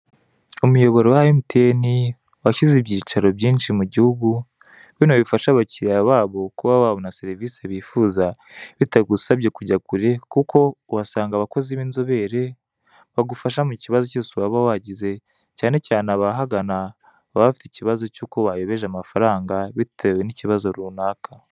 Umuyoboro wa MTN washyize ibyicaro byinshi mu gihugu bino bifasha abakiriya babo kuba babona serivisi bifuza, bitagusabye kujya kure kuko uhasanga abakozi binzobere bagufasha mu kibazo cyose waba wagize cyane cyane abahagana baba bafite ikibazo cy' uko bayobeje amafaranga bitewe n' ikibazo runaka.